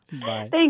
Thank